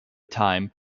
time